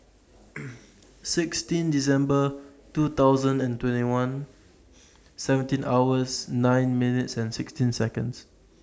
sixteen December two thousand and twenty one seventeen hours nine minutes and sixteen Seconds